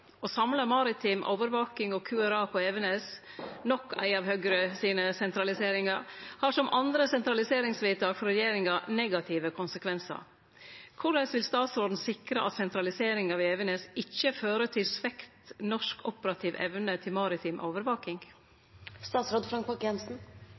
Å samle maritim overvaking og QRA på Evenes, nok ei av Høgre sine sentraliseringar, har som andre sentraliseringsvedtak frå regjeringa negative konsekvensar. Korleis vil statsråden sikre at sentraliseringa ved Evenes ikkje fører til svekt norsk operativ evne til maritim